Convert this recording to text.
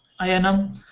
ayanam